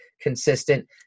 consistent